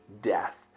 death